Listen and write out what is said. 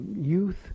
youth